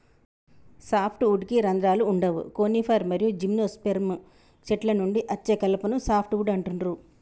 soft వుడ్కి రంధ్రాలు వుండవు కోనిఫర్ మరియు జిమ్నోస్పెర్మ్ చెట్ల నుండి అచ్చే కలపను సాఫ్ట్ వుడ్ అంటుండ్రు